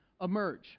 emerge